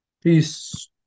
Peace